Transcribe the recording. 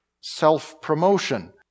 self-promotion